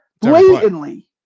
blatantly